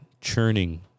churning